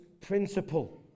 principle